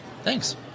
Thanks